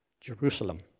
Jerusalem